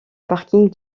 parking